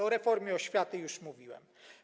O reformie oświaty już mówiłem.